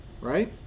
right